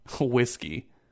whiskey